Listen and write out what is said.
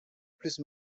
plus